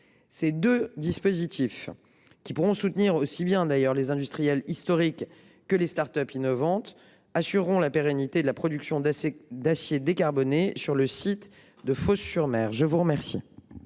Ces deux dispositifs, qui pourront profiter aussi bien aux industriels historiques qu’aux start up innovantes, assureront la pérennité de la production d’acier décarboné sur le site de Fos sur Mer. La parole